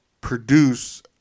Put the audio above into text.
produce –